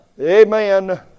Amen